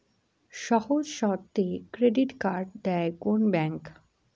সহজ শর্তে credit card দেয় কোন ব্যাংক?